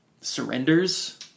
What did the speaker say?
surrenders